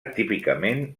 típicament